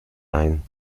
ein